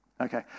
Okay